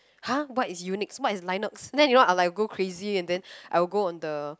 !huh! what's unix what's linux then you all are like go crazy then I will go on the